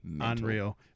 Unreal